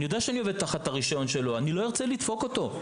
אני יודע שאני עובד תחת הרישיון שלו אני לא ארצה לדפוק אותו.